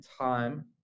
time